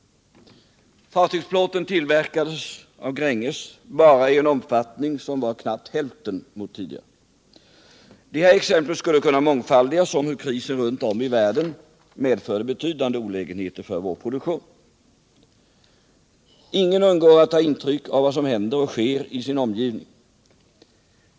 Fartygsplåten tillverkades av Gränges bara i en omfattning som var knappt hälften mot tidigare. Detta exempel skulle kunna mångfaldigas — om hur krisen runt om i världen medförde betydande olägenheter för vår produktion. Ingen undgår att ta intryck av vad som händer och sker i ens omgivning.